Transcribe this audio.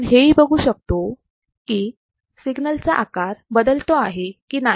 आपण हे सुद्धा बघू की सिग्नलचा आकार बदलत आहे की नाही